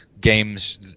Games